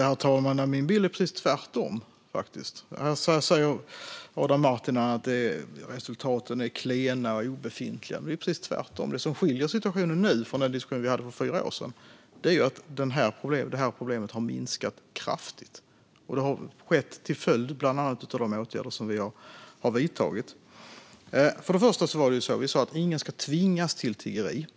Herr talman! Min bild är precis tvärtom, faktiskt. Här säger Adam Marttinen att resultaten är klena eller obefintliga. Men det är precis tvärtom. Det som skiljer situationen nu från hur det var för fyra år sedan är att problemet har minskat kraftigt. Det har skett bland annat till följd av de åtgärder som vi har vidtagit. Först och främst sa vi att ingen ska tvingas till tiggeri.